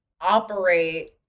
operate